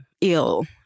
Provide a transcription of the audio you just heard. ill